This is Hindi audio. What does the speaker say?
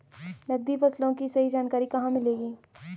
नकदी फसलों की सही जानकारी कहाँ मिलेगी?